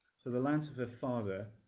so the lands of her father,